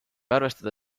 arvestada